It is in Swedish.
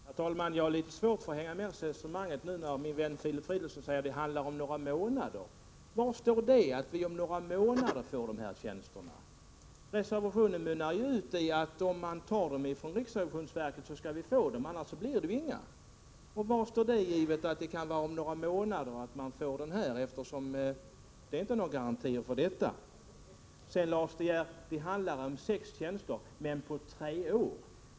Herr talman! Jag har litet svårt att hänga med i resonemanget när min vän Filip Fridolfsson säger att det handlar om några månader. Var står det att vi om några månader får dessa tjänster? Reservationen mynnar ju ut i att om man tar tjänsterna från riksrevisionsverket skall vi få dem — annars blir det inga. Hur kan det vara givet att det handlar om några månader? Det finns ju inga garantier för det. Till Lars De Geer: Det handlar om sex tjänster — men på tre år.